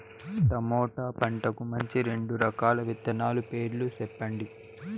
tomato పంటకు మంచి రెండు రకాల విత్తనాల పేర్లు సెప్పండి